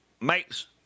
makes